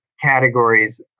categories